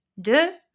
De